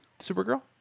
Supergirl